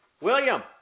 William